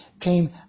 came